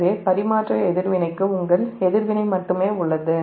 எனவே பரிமாற்ற எதிர்வினைக்கு உங்கள் எதிர்வினை மட்டுமே உள்ளது